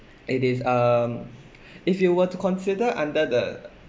it is um if you were to consider under the